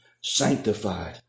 sanctified